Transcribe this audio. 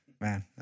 man